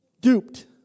duped